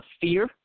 fear